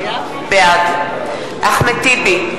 בעד אחמד טיבי,